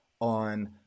on